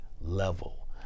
level